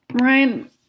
Ryan